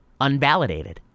unvalidated